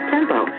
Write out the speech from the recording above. Tempo